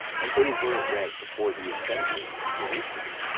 and they were read before the assembly in jerusalem.